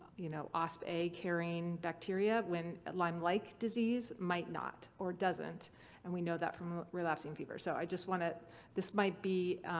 you know, ospa carrying bacteria when lyme-like disease might not or doesn't and we know that from relapsing fever. so i just wanted. this might be.